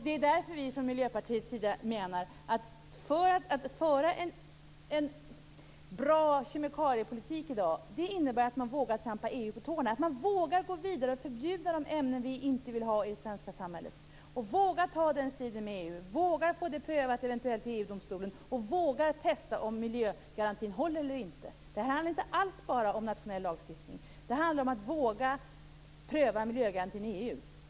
Det är därför som vi från Miljöpartiets sida menar att detta att föra en bra kemikaliepolitik i dag innebär att man vågar trampa EU på tårna, vågar gå vidare och förbjuda de ämnen som vi inte vill ha i det svenska samhället, vågar ta den striden med EU, vågar få det prövat i EG-domstolen och vågar testa om miljögarantin håller eller inte. Det handlar inte alls bara om nationell lagstiftning. Det handlar om att våga pröva miljögarantin i EU.